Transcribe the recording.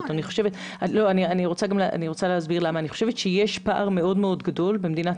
אני חושבת שיש פער מאוד גדול במדינת